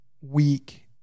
weak